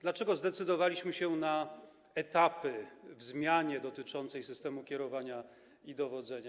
Dlaczego zdecydowaliśmy się na etapy w zmianie dotyczącej systemu kierowania i dowodzenia?